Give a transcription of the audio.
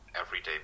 everyday